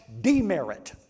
demerit